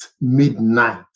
midnight